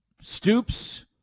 Stoops